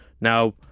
Now